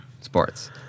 sports